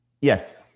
Yes